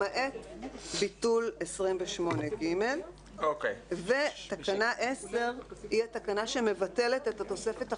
למעט ביטול 28ג. תקנה 10 היא התקנה שמבטלת את התוספת החמישית,